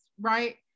right